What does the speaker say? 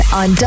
on